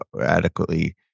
adequately